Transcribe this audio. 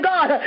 God